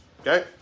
okay